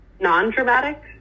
non-dramatic